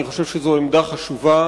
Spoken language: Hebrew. אני חושב שזאת עמדה חשובה.